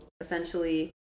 essentially